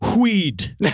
weed